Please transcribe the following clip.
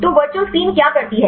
तो virtual screen क्या करती है